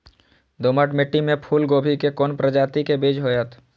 दोमट मिट्टी में फूल गोभी के कोन प्रजाति के बीज होयत?